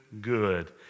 good